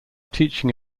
teaching